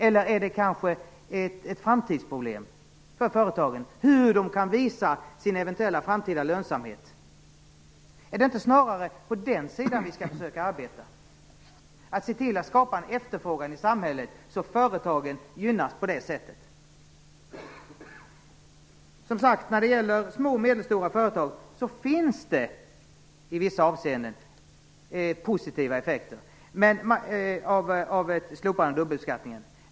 Eller är det kanske ett framtidsproblem för företagen, detta att kunna visa sin eventuella framtida lönsamhet? Är det inte snarare på den sidan som vi skall försöka arbeta? Skall vi inte snarare se till att det skapas en efterfrågan i samhället så att företagen gynnas på det sättet? När det gäller små och medelstora företag finns det, som sagt, i vissa avseenden positiva effekter av ett slopande av dubbelbeskattningen.